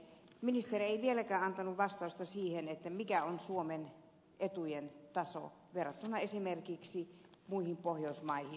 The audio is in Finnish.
ministeri ei vieläkään antanut vastausta siihen mikä on suomen etujen taso verrattuna esimerkiksi muihin pohjoismaihin